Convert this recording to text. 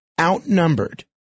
outnumbered